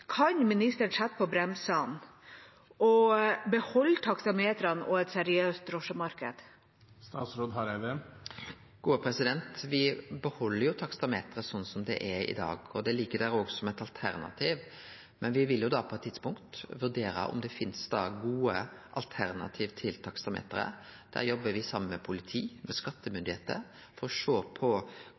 Kan ministeren sette på bremsen og beholde taksametrene og et seriøst drosjemarked? Me beheld taksameteret slik som det er i dag. Det ligg der også som eit alternativ, men me vil på eit tidspunkt vurdere om det finst gode alternativ til taksameteret. Der jobbar me saman med politi og skattemyndigheiter for å sjå på